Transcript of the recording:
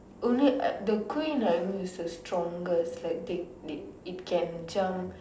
only uh the queen I know is the strongest like they they it it can jump